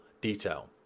detail